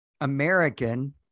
American